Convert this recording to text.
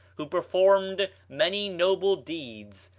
who performed many noble deeds,